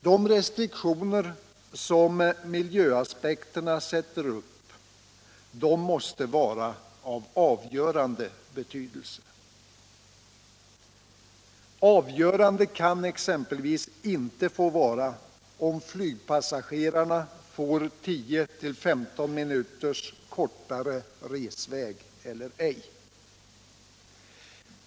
De restriktioner som miljöaspekterna sätter upp måste ha avgörande betydelse. Avgörande kan exempelvis inte få vara om flygpassagerarna får 10-15 minuters kortare resa eller ej.